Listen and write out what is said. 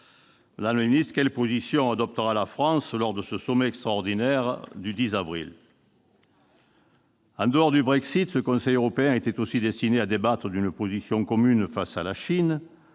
Madame la secrétaire d'État, quelle position adoptera la France lors de ce sommet extraordinaire du 10 avril ? En dehors du Brexit, ce Conseil européen était aussi destiné à débattre d'une position commune face à la Chine,